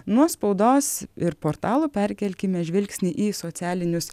nuo spaudos ir portalų perkelkime žvilgsnį į socialinius